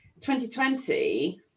2020